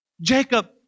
Jacob